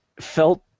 felt